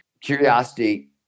Curiosity